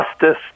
justice